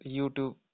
YouTube